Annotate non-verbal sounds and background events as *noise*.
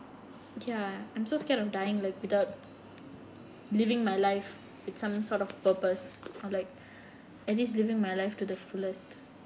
ya I'm so scared of dying like without living my life with some sort of purpose or like *breath* at least living my life to the fullest